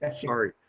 ah sorry.